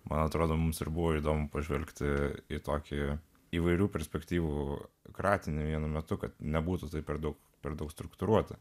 man atrodo mums ir buvo įdomu pažvelgti į tokį įvairių perspektyvų kratinį vienu metu kad nebūtų taip per daug per daug struktūruota